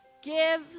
give